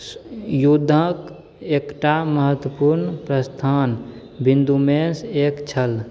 युद्धके एकटा महत्वपूर्ण प्रस्थान बिन्दुमेसँ एक छल